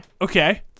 Okay